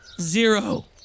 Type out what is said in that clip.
Zero